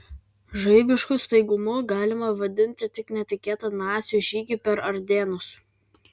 žaibišku staigumu galima vadinti tik netikėtą nacių žygį per ardėnus